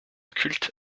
culte